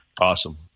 Awesome